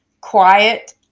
quiet